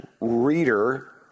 reader